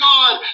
God